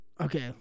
okay